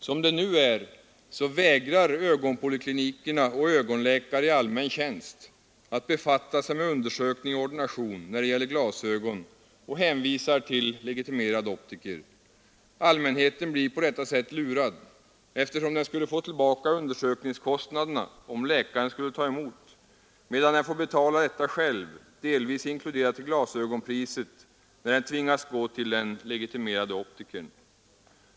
Som det nu är vägrar ögonpoliklinikerna och ögonläkare i allmän tjänst att befatta sig med undersökning och ordination när det gäller glasögon och hänvisar till legitimerade optiker. Allmänheten blir på detta sätt lurad, eftersom patienterna skulle få tillbaka undersökningskostnaderna, om läkaren skulle ta emot dem, medan de själva delvis får betala dessa, inkluderade i glasögonpriset, när de tvingas gå till den legitimerade optikern.